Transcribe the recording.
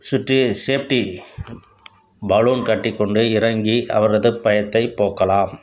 சுற்றி safety balloon கட்டிக்கொண்டு இறங்கி அவரது பயத்தை போக்கலாம்